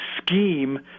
scheme